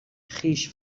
خویش